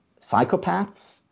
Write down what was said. psychopaths